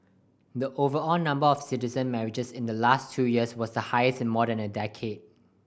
the overall number of citizen marriages in the last two years was the highest in more than a decade